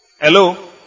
Hello